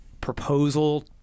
proposal